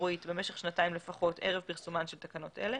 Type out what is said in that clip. תברואית במשך שנתיים לפחות ערב פרסומן של תקנות אלה,